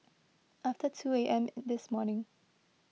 after two A M this morning